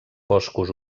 boscos